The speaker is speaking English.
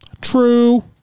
True